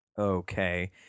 Okay